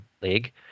league